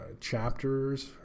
chapters